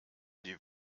die